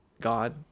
God